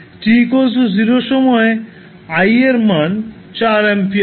t 0 সময়ে i এর মান 4 এমপিয়ার হয়